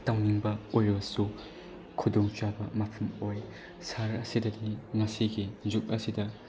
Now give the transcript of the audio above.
ꯇꯧꯅꯤꯡꯕ ꯑꯣꯏꯔꯁꯨ ꯈꯨꯗꯣꯡ ꯆꯥꯕ ꯃꯐꯝ ꯑꯣꯏ ꯁꯍꯔ ꯑꯁꯤꯗꯗꯤ ꯉꯁꯤꯒꯤ ꯖꯨꯛ ꯑꯁꯤꯗ